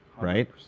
right